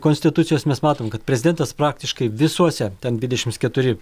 konstitucijos mes matome kad prezidentas praktiškai visuose tendvidešimt keturi